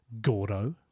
Gordo